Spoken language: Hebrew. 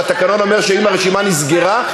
והתקנון אומר שאם הרשימה נסגרה,